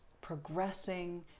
progressing